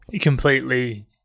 completely